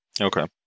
Okay